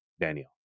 Daniel